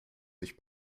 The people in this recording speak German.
sich